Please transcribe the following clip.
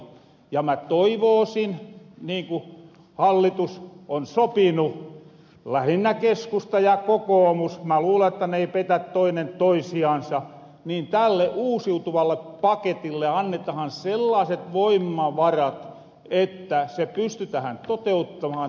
ja mä toivoosin niin ku hallitus on sopinu lähinnä keskusta ja kokoomus mä luulen että ne ei petä toinen toisiansa että tälle uusiutuvalle paketille annetahan sellaaset voimavarat että se pystytähän toteuttamahan